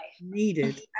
Needed